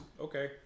okay